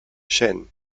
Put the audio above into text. chen